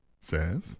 says